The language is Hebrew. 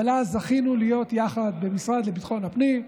אבל אז זכינו להיות יחד במשרד לביטחון הפנים.